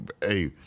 Hey